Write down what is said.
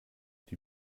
die